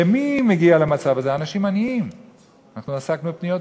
ואם אנחנו היינו מפסיקים את